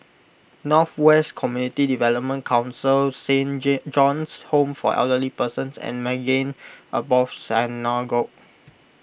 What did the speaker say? North West Community Development Council Saint John's Home for Elderly Persons and Maghain Aboth Synagogue